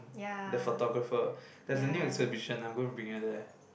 the photographer there is a new exhibition we will being at there